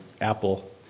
Apple